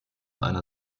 einer